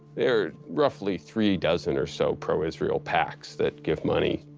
there are roughly three-dozen or so pro-israeli pacs that give money.